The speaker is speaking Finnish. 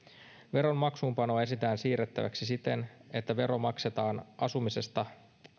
veron maksuunpanoa esitetään siirrettäväksi siten että vero maksetaan asumisesta